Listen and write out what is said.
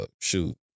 shoot